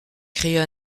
cria